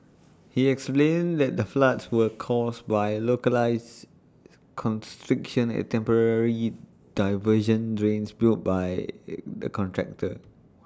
he explained that the floods were caused by localised constriction at temporary diversion drains built by the contractor